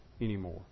anymore